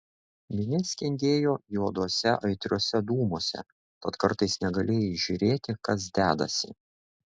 minia skendėjo juoduose aitriuose dūmuose tad kartais negalėjai įžiūrėti kas dedasi